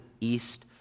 East